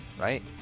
right